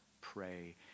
pray